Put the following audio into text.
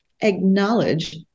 acknowledge